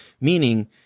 Meaning